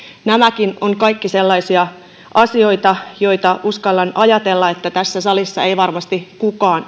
nämäkin ovat kaikki sellaisia asioita joista uskallan ajatella että tässä salissa niitä ei varmasti kukaan